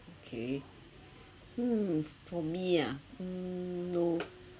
okay hmm for me mm no